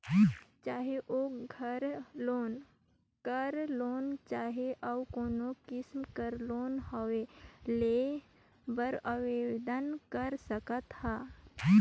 चाहे ओघर loan, car loan चहे अउ कोनो किसिम कर लोन होए लेय बर आबेदन कर सकत ह